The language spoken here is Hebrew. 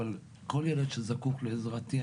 אבל כל ילד שזקוק לעזרתי,